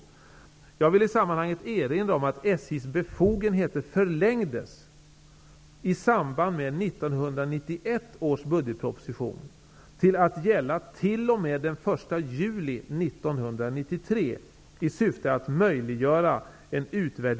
Jag vill i sammanhanget erinra om att SJ:s befogenheter förlängdes i samband med